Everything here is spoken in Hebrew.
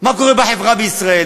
מה קורה בחברה בישראל,